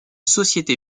société